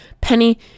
Penny